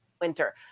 winter